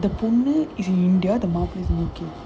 the பொண்ணு:ponnu is in india is working